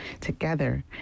together